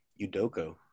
Udoko